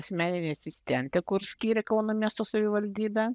asmeninė asistentė kur skyrė kauno miesto savivaldybė